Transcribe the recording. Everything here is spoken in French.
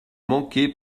manquez